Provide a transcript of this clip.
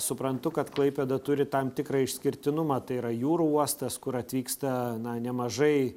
suprantu kad klaipėda turi tam tikrą išskirtinumą tai yra jūrų uostas kur atvyksta nemažai